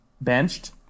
benched